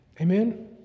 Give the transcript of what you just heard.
Amen